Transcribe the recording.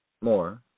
more